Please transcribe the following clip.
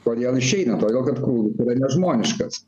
kodėl išeina todėl kad krūvis yra nežmoniškas